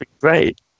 Great